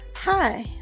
Hi